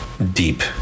Deep